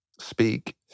speak